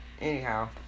anyhow